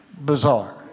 bizarre